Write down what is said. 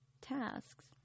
tasks